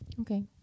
Okay